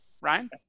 Ryan